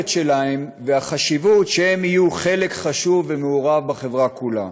ויש חשיבות שהם יהיו חלק חשוב ומעורב בחברה כולה.